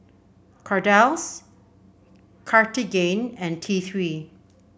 Kordel's Cartigain and T Three